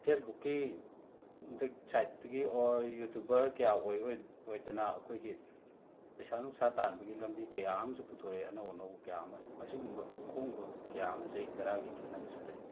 ꯐꯦꯖꯕꯨꯛꯀꯤ ꯁꯥꯏꯗꯇꯒꯤ or YouTuber ꯀꯌꯥ ꯑꯣꯏ ꯑꯣꯏ ꯑꯣꯏꯗꯅ ꯑꯩꯈꯣꯏꯒꯤ ꯄꯩꯁꯥ ꯅꯨꯡꯁꯥ ꯌꯥꯟꯕꯒꯤ ꯂꯝꯕꯤ ꯀꯌꯥ ꯑꯝꯁꯨ ꯄꯨꯊꯣꯔꯛꯑꯦ ꯑꯅꯧ ꯑꯅꯧꯕ ꯀꯌꯥ ꯑꯃ ꯃꯁꯤꯒꯨꯝꯕ ꯑꯍꯣꯡꯕ ꯀꯌꯥ ꯑꯃ ꯆꯍꯤ ꯇꯔꯥꯒꯤ ꯈꯦꯠꯅꯕꯁꯤ ꯂꯩ